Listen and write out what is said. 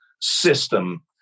system